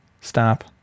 Stop